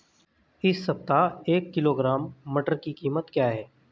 इस सप्ताह एक किलोग्राम मटर की कीमत क्या है?